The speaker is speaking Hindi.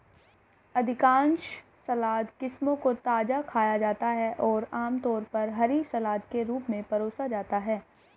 अधिकांश सलाद किस्मों को ताजा खाया जाता है और आमतौर पर हरी सलाद के रूप में परोसा जाता है